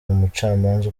umucamanza